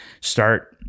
start